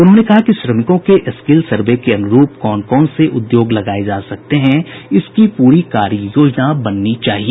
उन्होंने कहा कि श्रमिकों के स्किल सर्वे के अनुरूप कौन कौन से उद्योग लगाये जा सकते हैं इसकी पूरी कार्ययोजना बननी चाहिए